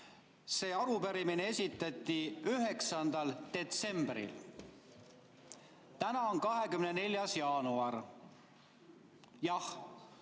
See arupärimine esitati 9. detsembril. Täna on 24. jaanuar. Jah,